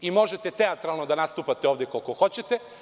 Možete teatralno da nastupate ovde koliko hoćete.